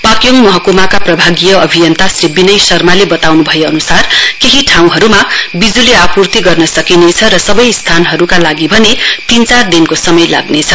पाक्योङ महक्माका प्रभागीय अभियन्ता श्री विनय शर्माले बताउन् भए अन्सार केही ठाँउहरूमा बिज्ली आप्र्ति गर्न सकिनेछ र सबै स्थानहरूका लागि भने तीन चार दिनको समय लाग्नेछ